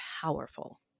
powerful